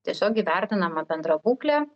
tiesiog įvertinama bendra būklė